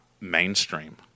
mainstream